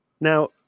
Now